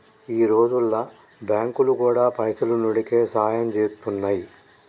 ఈ రోజుల్ల బాంకులు గూడా పైసున్నోడికే సాయం జేత్తున్నయ్